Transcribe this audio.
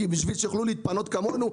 כדי שיוכלו להתפנות כמונו,